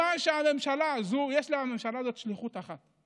לממשלה הזאת יש שליחות אחת,